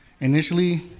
Initially